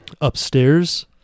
upstairs